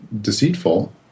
deceitful